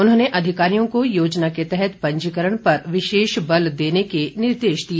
उन्होंने अधिकारियों को योजना के तहत पंजीकरण पर विशेष बल देने के निर्देश दिए